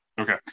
okay